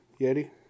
Yeti